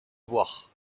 voir